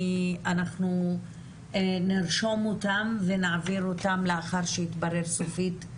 אנחנו נרשום אותן ונעביר לאחר שיתברר סופית על